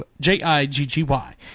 J-I-G-G-Y